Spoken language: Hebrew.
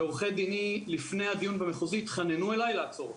ועורכי דיני לפני הדיון במחוזי התחננו אליי לעצור אותו.